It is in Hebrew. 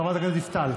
חברת הכנסת דיסטל?